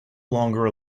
longer